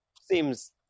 seems